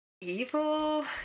evil